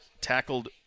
tackled